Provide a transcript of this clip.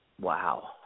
Wow